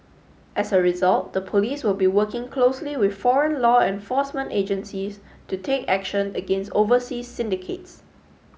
as a result the police will be working closely with foreign law enforcement agencies to take action against overseas syndicates